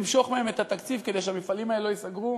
למשוך מהם את התקציב כדי שהמפעלים האלה לא ייסגרו.